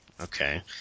Okay